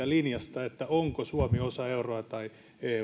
linjasta siinä onko suomi osa euroa tai